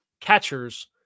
catchers